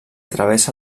travessa